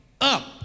up